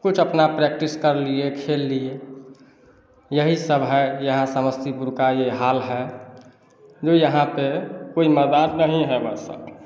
कुछ अपना प्रैक्टिस कर लिए खेल लिए यही सब है यहाँ समस्तीपुर का ये हाल है जो यहाँ पे कोई मैदान नहीं है वैसा